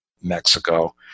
Mexico